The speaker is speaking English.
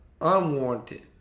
unwanted